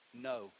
No